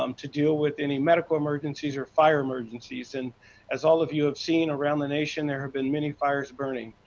um to deal with any medical emergencies or fire emergencies. and as all of you have seen around the nation there been many fires burning.